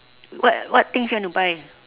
what what things you want to buy